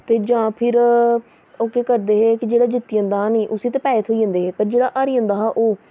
ते जां फिर ओह् केह् करदे हे कि जेह्ड़ा जित्ती जंदा हा उस्सी ते पैसे थ्होई जंदे हे पर जेह्ड़ा हारी जंदा हा ओह्